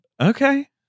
Okay